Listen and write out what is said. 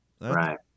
Right